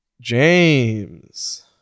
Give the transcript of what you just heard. james